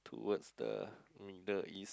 towards the Middle-East